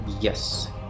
Yes